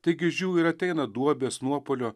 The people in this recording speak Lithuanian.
taigi žiū ir ateina duobės nuopuolio